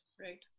right